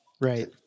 Right